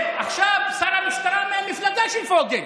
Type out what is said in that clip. עכשיו שר המשטרה מהמפלגה של פוגל.